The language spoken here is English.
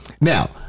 Now